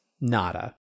Nada